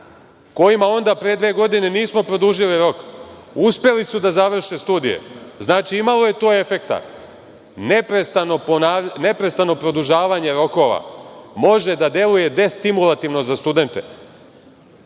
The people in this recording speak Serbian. kojima pre dve godine nismo produžili rok, uspeli su da završe studije. Znači, to je imalo efekta. Neprestano produžavanje rokova može da deluje destimulativno na studente.(Saša